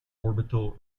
orbital